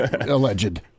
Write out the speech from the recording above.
Alleged